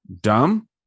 dumb